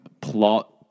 plot